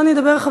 הצעות מס'